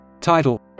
title